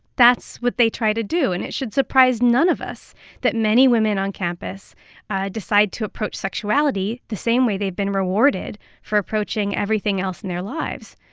that's what they try to do. and it should surprise none of us that many women on campus decide to approach sexuality the same way they've been rewarded for approaching everything else in their lives,